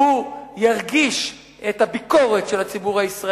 שהוא ירגיש את הביקורת של הציבור הישראלי,